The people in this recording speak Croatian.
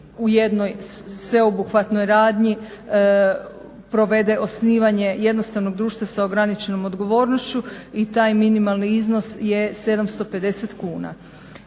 u jednoj sveobuhvatnoj radnji provede osnivanje jednostavnog društva sa ograničenom odgovornošću i taj minimalni iznos je 750 kuna.